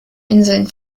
inseln